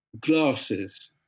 glasses